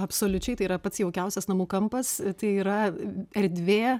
absoliučiai tai yra pats jaukiausias namų kampas tai yra erdvė